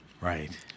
right